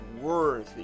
worthy